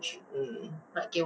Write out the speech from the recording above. um